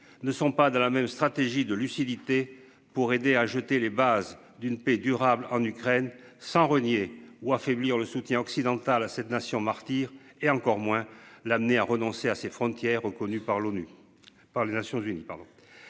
ne sont pas dans la même stratégie de lucidité pour aider à jeter les bases d'une paix durable en Ukraine sans renier ou affaiblir le soutien occidental à cette nation martyre et encore moins l'amener à renoncer à ses frontières reconnues par l'ONU par les Nations-Unies